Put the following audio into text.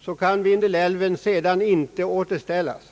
så kan den sedan inte återställas.